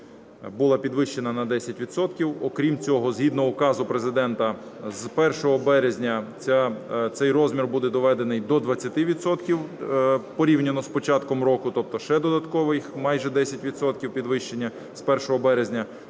була підвищена на 10 відсотків. Окрім цього, згідно указу Президента з 1 березня цей розмір буде доведений до 20 відсотків порівняно з початком року, тобто ще додаткових майже 10 відсотків підвищення з 1 березня,